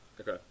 Okay